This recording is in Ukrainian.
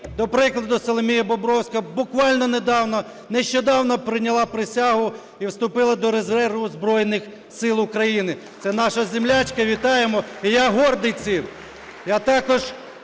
до прикладу Соломія Бобровська буквально недавно, нещодавно прийняла присягу і вступила до резерву Збройних Сил України. Це наша землячка. Вітаємо. І я гордий цим.